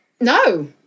No